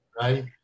right